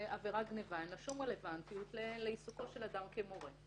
שלעבירת גניבה אין שום רלוונטיות לעיסוקו של אדם כמורה.